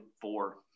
four